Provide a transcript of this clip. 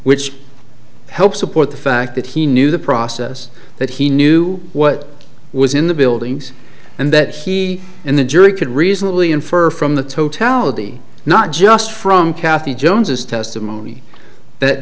which helps support the fact that he knew the process that he knew what was in the buildings and that he and the jury could reasonably infer from the totality not just from kathy jones's testimony that